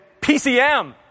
PCM